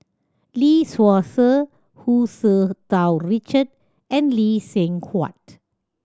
Lee Seow Ser Hu Tsu Tau Richard and Lee Seng Huat